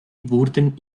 wurden